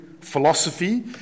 philosophy